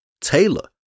Taylor